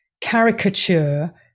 caricature